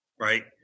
right